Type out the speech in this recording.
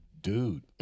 dude